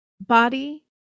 body